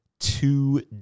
Two